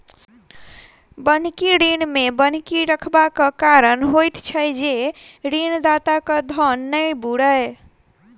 बन्हकी ऋण मे बन्हकी रखबाक कारण होइत छै जे ऋणदाताक धन नै बूड़य